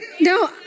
No